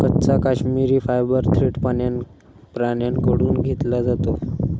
कच्चा काश्मिरी फायबर थेट प्राण्यांकडून घेतला जातो